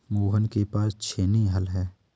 मोहन के पास छेनी हल है